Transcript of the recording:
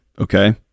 Okay